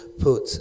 put